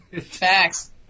facts